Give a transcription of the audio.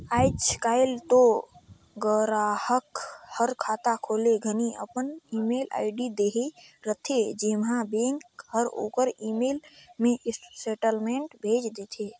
आयज कायल तो गराहक हर खाता खोले घनी अपन ईमेल आईडी देहे रथे जेम्हें बेंक हर ओखर ईमेल मे स्टेटमेंट भेज देथे